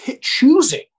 choosing